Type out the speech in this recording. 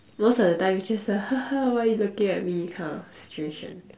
most of the time is just like ha ha why you looking at me kind of situation